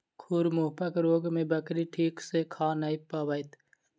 खुर मुँहपक रोग मे बकरी ठीक सॅ खा नै पबैत छै